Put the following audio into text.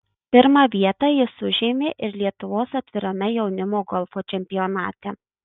pirmą vietą jis užėmė ir lietuvos atvirame jaunimo golfo čempionate